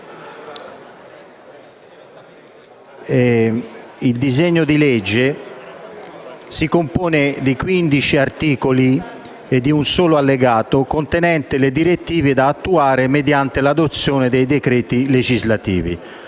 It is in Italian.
il disegno di legge si compone di 15 articoli e di un solo allegato contenente le direttive da attuare mediante l'adozione dei decreti legislativi.